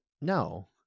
No